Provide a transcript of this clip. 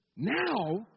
Now